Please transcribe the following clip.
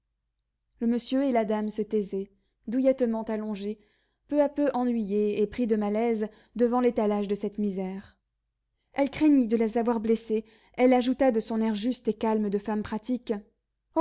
le monsieur et la dame se taisaient douillettement allongés peu à peu ennuyés et pris de malaise devant l'étalage de cette misère elle craignit de les avoir blessés elle ajouta de son air juste et calme de femme pratique